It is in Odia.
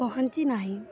ପହଞ୍ଚି ନାହିଁ